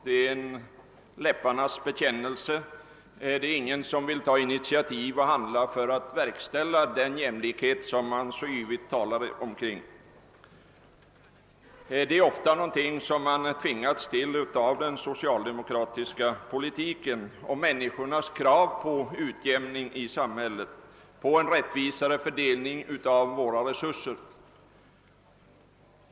Det är en läpparnas bekännelse. Det är ingen bland oppositionen som vill ta initiativ och handla för att få fram den jämlikhet man så yvigt talar om. Det är ofta något som man tvingats till av den socialdemokratiska politiken. Det är människorna som ställer krav på en utjämning i samhället, på en rättvisare fördelning av våra resurser.